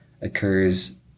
occurs